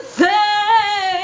say